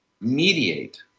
mediate